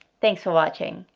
thanks for watching.